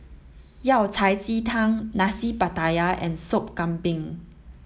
Yao Cai Ji Tang Nasi Pattaya and Sop Kambing